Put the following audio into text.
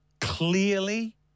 clearly